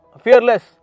fearless